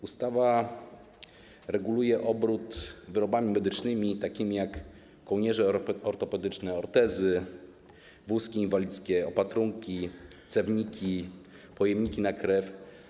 Ustawa reguluje obrót wyrobami medycznymi, takimi jak kołnierze ortopedyczne, ortezy, wózki inwalidzkie, opatrunki, cewniki, pojemniki na krew.